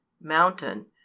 mountain